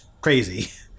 crazy